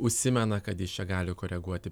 užsimena kad jis čia gali koreguoti